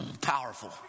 powerful